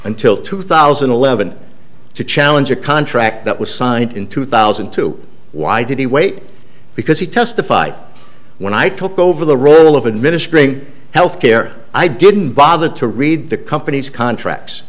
until two thousand and eleven to challenge a contract that was signed in two thousand and two why did he wait because he testified when i took over the role of administering health care i didn't bother to read the company's contracts